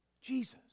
Jesus